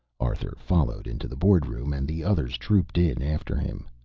arthur followed into the board-room, and the others trooped in after him.